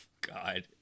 God